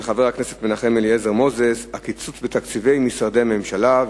של חבר הכנסת מנחם אליעזר מוזס: הקיצוץ בתקציבי משרדי הממשלה.